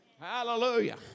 Hallelujah